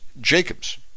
Jacob's